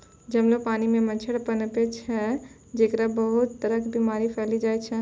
जमलो पानी मॅ मच्छर पनपै छै जेकरा सॅ बहुत तरह के बीमारी फैलै छै